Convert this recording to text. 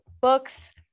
books